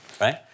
right